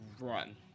run